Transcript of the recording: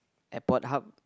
airport hub